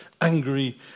angry